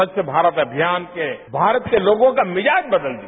स्वच्छ भारत अभियान के भारत के लोगों का मिजाज बदल दिया